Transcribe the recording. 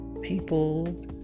people